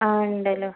ആ ഉണ്ടല്ലോ